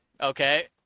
Okay